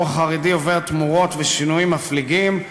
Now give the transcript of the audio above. החרדי עובר תמורות ושינויים מפליגים,